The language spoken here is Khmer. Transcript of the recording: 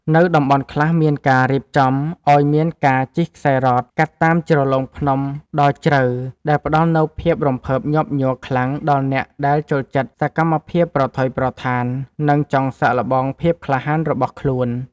នៅតំបន់ខ្លះមានការរៀបចំឱ្យមានការជិះខ្សែរ៉តកាត់តាមជ្រលងភ្នំដ៏ជ្រៅដែលផ្តល់នូវភាពរំភើបញាប់ញ័រខ្លាំងដល់អ្នកដែលចូលចិត្តសកម្មភាពប្រថុយប្រថាន និង ចង់សាកល្បងភាពក្លាហានរបស់ខ្លួន។